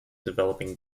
developing